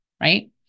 right